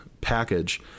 package